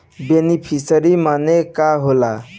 Beneficiary मने का होला?